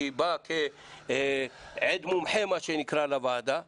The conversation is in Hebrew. היא באה כ'עד מומחה' לוועדה,